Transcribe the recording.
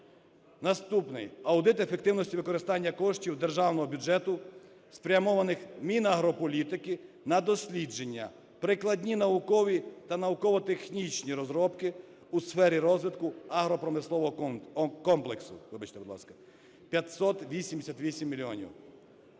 Наступний. Аудит ефективності використання коштів державного бюджету, спрямованих Мінагрополітики на дослідження, прикладні наукові та науково-технічні розробки у сфері розвитку агропромислового комплексу, вибачте,